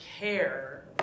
care